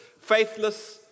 faithless